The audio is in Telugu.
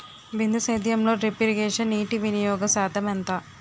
బిందు సేద్యంలో డ్రిప్ ఇరగేషన్ నీటివినియోగ శాతం ఎంత?